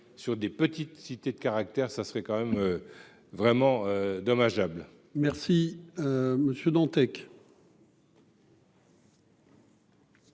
sur des petites cités de caractère, ça serait quand même vraiment dommageable. Merci Monsieur Dantec.